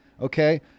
okay